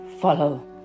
follow